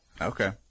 Okay